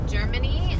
Germany